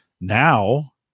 now